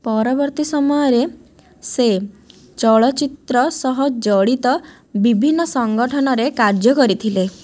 ପରବର୍ତ୍ତୀ ସମୟରେ ସେ ଚଳଚ୍ଚିତ୍ର ସହ ଜଡ଼ିତ ବିଭିନ୍ନ ସଙ୍ଗଠନରେ କାର୍ଯ୍ୟ କରିଥିଲେ